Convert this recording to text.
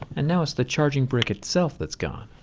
and now it's the charging brick itself that's gone.